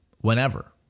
whenever